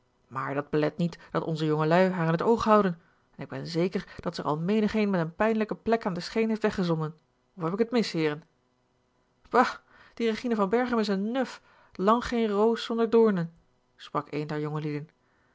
maar dat belet niet dat onze jongelui haar in t oog houden en ik ben zeker dat zij er al menigeen met een pijnlijke plek aan de scheen heeft weggezonden of heb ik het mis heeren ba die regina van berchem is een nuf lang geen roos zonder doornen sprak een der jongelieden een